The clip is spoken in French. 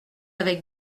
avec